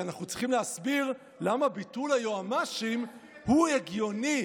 כי אנחנו צריכים להסביר למה ביטול היועמ"שים הוא הגיוני,